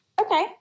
Okay